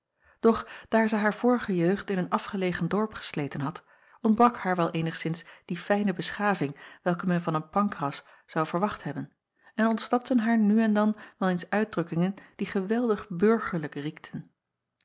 doch daar zij haar vorige jeugd in een afgelegen dorp gesleten had ontbrak haar wel eenigszins die fijne beschaving welke men van eene ancras zou verwacht hebben en ontsnapten haar nu en dan wel eens uitdrukkingen die geweldig burgerlijk riekten